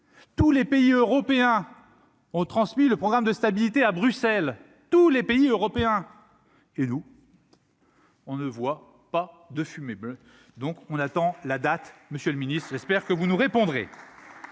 Tous les pays européens ont transmis le programme de stabilité à Bruxelles, tous les pays européens et nous. On ne voit pas de fumée bleue, donc on attend la date, monsieur le ministre espère que vous nous répondrez